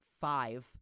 five